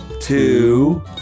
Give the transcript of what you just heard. two